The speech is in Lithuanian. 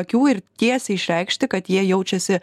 akių ir tiesiai išreikšti kad jie jaučiasi